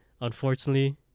unfortunately